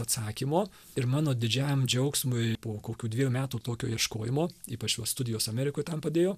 atsakymo ir mano didžiąjam džiaugsmui po kokių dvejų metų tokio ieškojimo ypač va studijos amerikoj tam padėjo